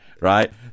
right